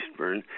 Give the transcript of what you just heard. Eastburn